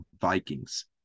Vikings